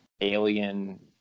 alien